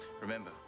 Remember